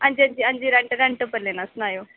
अंजी अंजी आं रेंट उप्पर लैना सनायो